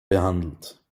behandelt